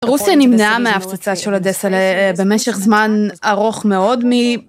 רוסיה נמנעה מההפצצה של אודסה במשך זמן ארוך מאוד מ...